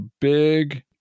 big